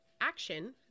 action